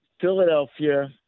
Philadelphia